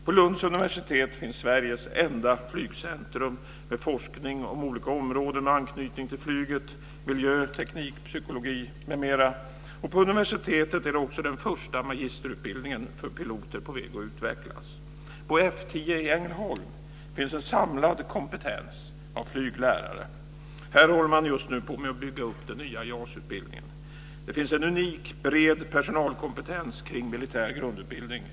På Lunds universitet finns Sveriges enda flygcentrum för forskning om olika områden med anknytning till flyget - miljö, teknik, psykologi m.m. På universitetet är också den första magisterutbildningen för piloter på väg att utvecklas. På F 10 i Ängelholm finns en samlad kompetens av flyglärare. Här håller man just nu på att bygga upp den nya JAS-utbildningen. Man har där en unik och bred personalkompetens kring militär grundutbildning.